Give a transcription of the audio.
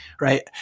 right